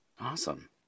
Awesome